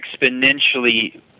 exponentially